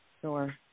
Sure